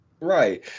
Right